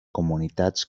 comunitats